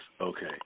okay